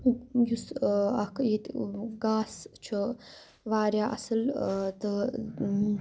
یُس اَکھ ییٚتہِ گاسہٕ چھُ واریاہ اَصٕل تہٕ